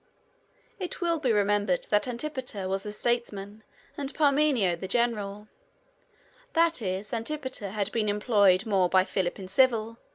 it will be remembered that antipater was the statesman and parmenio the general that is, antipater had been employed more by philip in civil,